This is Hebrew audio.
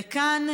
וכאן,